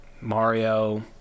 mario